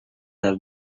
have